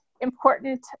important